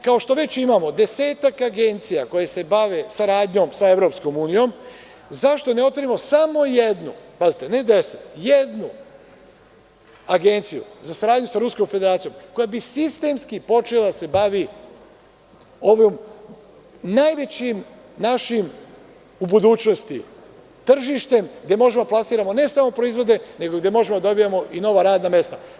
Kao što već imamo desetak agencija koje se bave saradnjom sa EU, zašto ne otvorimo samo jednu, pazite, ne deset, nego samo jednu agenciju za saradnju sa Ruskom Federacijom, koja bi sistemski počela da se bavi ovim najvećim našim u budućnosti tržištem, gde možemo da plasiramo ne samo proizvode, nego gde možemo da dobijamo i nova radna mesta?